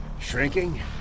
Shrinking